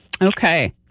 Okay